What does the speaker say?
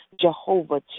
Jehovah